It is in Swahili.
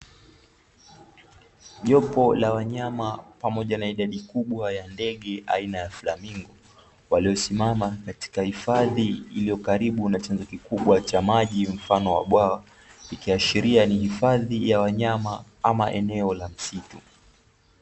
Jopo la wanyama pamoja na idadi kubwa ya ndege aina ya flamingo. Waliosimama katika hifadhi iliyo karibu na chanzo kikubwa cha maji mfano wa bwawa, ikiashiria ni hifadhi ya wanyama ama eneo la msitu.